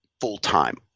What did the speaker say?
full-time